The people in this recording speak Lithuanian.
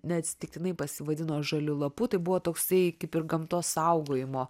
neatsitiktinai pasivadino žaliu lapu tai buvo toksai kaip ir gamtos saugojimo